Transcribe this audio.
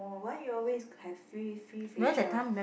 oh why you always have free free facial